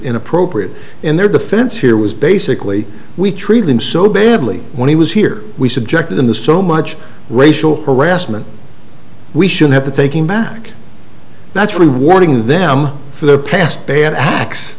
inappropriate in their defense here was basically we treated him so badly when he was here we subjected in the so much racial harassment we should have to take him back that's rewarding them for their past bad acts